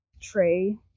tray